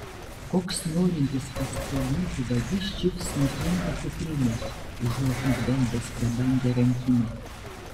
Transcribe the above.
koks norintis pasipelnyti vagis čiups nutrintą kuprinę užuot nugvelbęs prabangią rankinę